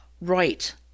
Right